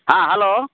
ହାଁ ହ୍ୟାଲୋ